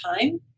time